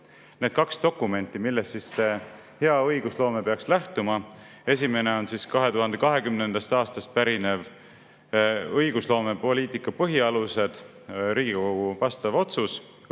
need kaks dokumenti, millest hea õigusloome peaks lähtuma. Esimene on 2020. aastast pärinev õigusloomepoliitika põhialused, Riigikogu vastav otsus,